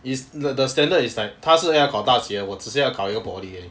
is the the standard is like 她是要考大学我只是要考一个 poly 而已